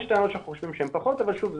יש טענות שאנחנו חושבים שהן פחות אבל שוב,